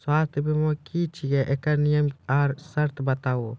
स्वास्थ्य बीमा की छियै? एकरऽ नियम आर सर्त बताऊ?